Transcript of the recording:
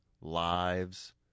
lives